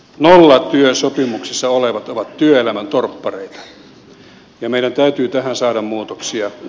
nollatyösopimuksessa olevat ovat työelämän torppareita ja meidän täytyy tähän saada muutoksia